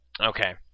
okay